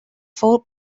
fou